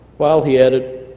while he added,